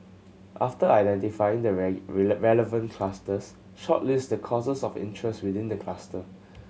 after identifying the relevant clusters shortlist the courses of interest within the cluster